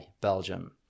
belgium